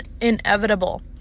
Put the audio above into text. inevitable